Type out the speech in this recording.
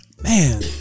man